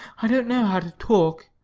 i don't know how to talk.